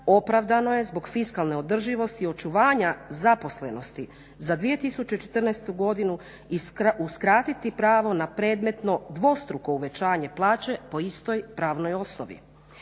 opravdano je zbog fiskalne održivosti i očuvanja zaposlenosti za 2014.godinu i uskratiti pravo na predmetno dvostruko uvećanje plaće po istoj pravnoj osnovi.